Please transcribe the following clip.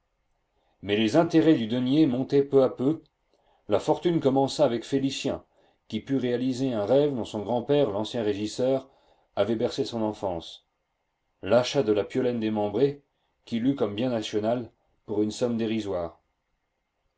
mais les intérêts du denier montaient peu à peu la fortune commença avec félicien qui put réaliser un rêve dont son grand-père l'ancien régisseur avait bercé son enfance l'achat de la piolaine démembrée qu'il eut comme bien national pour une somme dérisoire